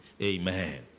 Amen